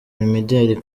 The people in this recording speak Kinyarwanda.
imideli